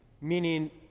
meaning